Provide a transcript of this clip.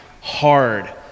hard